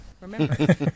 Remember